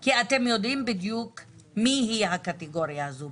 כי אתם יודעים בדיוק מי נכללת בקטגוריה הזאת.